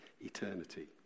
Eternity